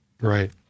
right